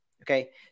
okay